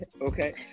Okay